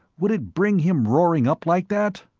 would it bring him roaring up like that?